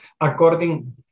according